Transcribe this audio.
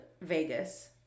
Vegas